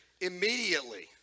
immediately